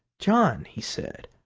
john, he said,